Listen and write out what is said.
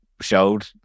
showed